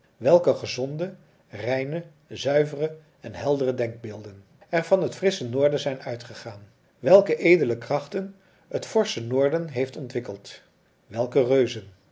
welke gezonde reine zuivere en heldere denkbeelden er van het frissche noorden zijn uitgegaan welke edele krachten het forsche noorden heeft ontwikkeld welke reuzen